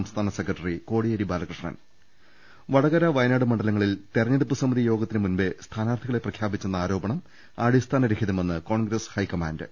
സംസ്ഥാന secretary Kodiyeri Balakrishnan Vadakara Wayanad മണ്ഡലങ്ങളിൽ തിരഞ്ഞെടുപ്പ് സമിതി യോഗ ത്തിനു മുമ്പേ സ്ഥാനാർഥികളെ പ്രഖ്യാപിച്ചെന്ന ആരോപണം അടി സ്ഥാന രഹിതമെന്ന് കോൺഗ്രസ് ഹൈക്കമാൻഡ്